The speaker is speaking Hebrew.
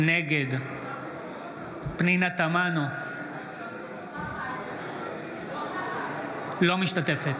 נגד פנינה תמנו, אינה משתתפת